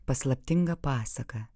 paslaptinga pasaka